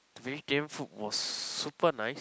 the vegetarian food was super nice